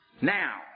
now